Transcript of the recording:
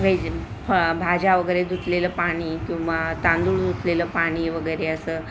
veg फ भाज्या वगैरे धुतलेलं पाणी किंवा तांदूळ धुतलेलं पाणी वगैरे असं